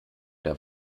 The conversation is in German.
der